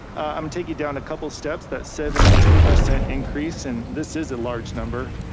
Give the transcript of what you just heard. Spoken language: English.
i'm taking it down a couple of steps that seventy two percent increase and this is a large number.